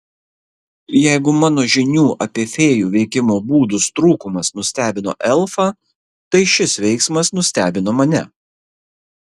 jeigu mano žinių apie fėjų veikimo būdus trūkumas nustebino elfą tai šis veiksmas nustebino mane